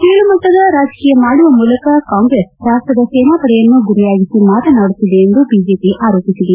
ಕೀಳು ಮಟ್ಟದ ರಾಜಕೀಯ ಮಾಡುವ ಮೂಲಕ ಕಾಂಗ್ರೆಸ್ ರಾಷ್ಟದ ಸೇನಾಪಡೆಯನ್ನು ಗುರಿಯಾಗಿಸಿ ಮಾತನಾಡುತ್ತಿದೆ ಎಂದು ಬಿಜೆಪಿ ಆರೋಪಿಸಿದೆ